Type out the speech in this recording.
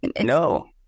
No